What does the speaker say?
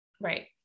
Right